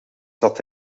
zat